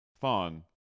Fawn